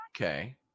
Okay